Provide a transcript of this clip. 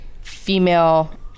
female